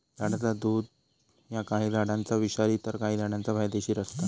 झाडाचा दुध ह्या काही झाडांचा विषारी तर काही झाडांचा फायदेशीर असता